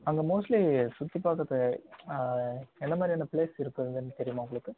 அங்கே மோஸ்ட்லி சுற்றி பார்க்குறது என்னமாதிரியான ப்ளேஸ் இருக்குதுன்னு தெரியுமா உங்களுக்கு